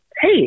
Hey